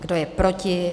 Kdo je proti?